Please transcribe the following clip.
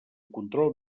control